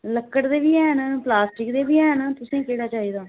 लक्कड़ दे वी हैन प्लास्टिक दे वी हैन तुसें केह्ड़ा चाहिदा